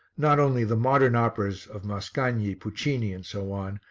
not only the modern operas of mascagni, puccini and so on,